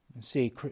See